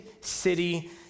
city